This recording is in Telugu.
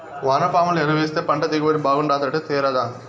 వానపాముల ఎరువేస్తే పంట దిగుబడి బాగుంటాదట తేరాదా